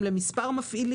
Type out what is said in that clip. לגבי המעמד של מרכז הבקרה.